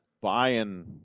Buying